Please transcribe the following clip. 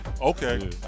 Okay